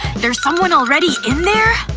there's someone already in there?